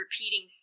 repeating